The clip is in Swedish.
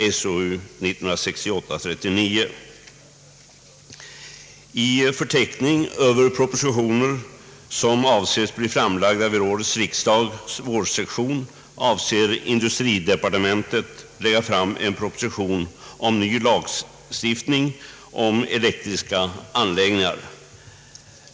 Enligt förteckningen över de propositioner som avses bli framlagda vid årets riksdags vårsession avser industridepartementet att lägga fram en proposition beträffande ny lagstiftning om elektriska anläggningar.